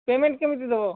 payment କେମିତି ଦେବ